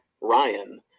Ryan